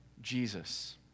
Jesus